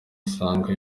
usanga